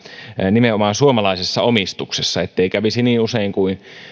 nimenomaan suomalaisessa omistuksessa ettei kävisi niin kuin